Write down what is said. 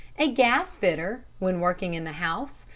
a gasfitter, when working in the house,